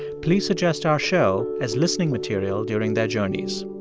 please suggest our show as listening material during their journeys.